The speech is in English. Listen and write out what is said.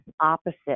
opposite